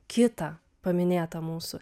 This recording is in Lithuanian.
kitą paminėtą mūsų